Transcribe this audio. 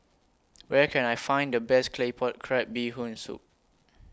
Where Can I Find The Best Claypot Crab Bee Hoon Soup